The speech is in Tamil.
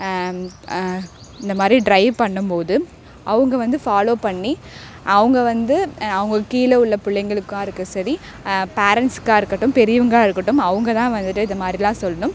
இந்த மாதிரி ட்ரைவ் பண்ணும் போது அவங்க வந்து ஃபாலோ பண்ணி அவங்க வந்து அவங்களுக்கு கீழே உள்ள பிள்ளைங்களுக்கா இருக்கற சரி பேரென்ட்ஸ்க்கா இருக்கட்டும் பெரியவங்களாக இருக்கட்டும் அவங்க தான் வந்து இதை மாதிரியெல்லாம் சொல்லணும்